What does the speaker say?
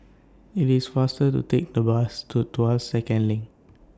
IT IS faster to Take The Bus to Tuas Second LINK